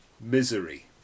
Misery